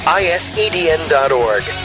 isedn.org